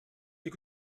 you